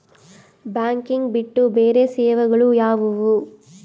Banking ಬಿಟ್ಟು ಬೇರೆ ಸೇವೆಗಳು ಯಾವುವು?